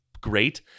great